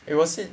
eh was it